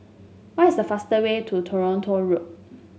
what is the fastest way to Toronto Road